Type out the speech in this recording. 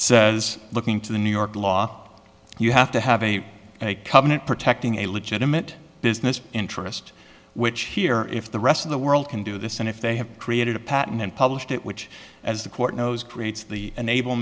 says looking to the new york law you have to have a covenant protecting a legitimate business interest which here if the rest of the world can do this and if they have created a patent and published it which as the court knows creates the enable